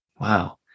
Wow